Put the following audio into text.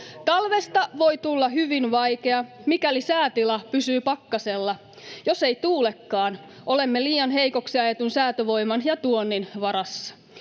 Talvesta voi tulla hyvin vaikea, mikäli säätila pysyy pakkasella. Jos ei tuulekaan, olemme liian heikoksi ajetun säätövoiman ja tuonnin varassa.